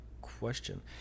question